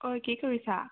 ঐ কি কৰিছা